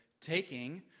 taking